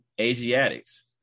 Asiatics